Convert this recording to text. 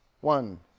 One